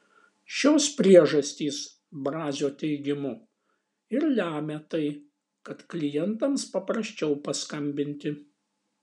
šios priežastys brazio teigimu ir lemia tai kad klientams paprasčiau paskambinti